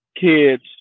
kids